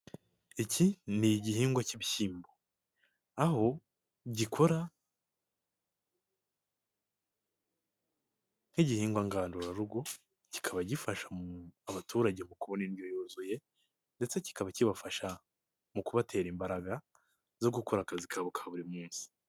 Iki ni igihingwa cy'ibishyimbo, aho gikora nk'ihihingwa ngandurarugo kiba gifasha abaturage mu kubona indyo yuzuye ndetseba kikaba kibafasha mu kubatera imbaraga zo gukora akazi kabo ka buri munsi.